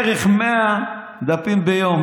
בערך 100 דפים ביום.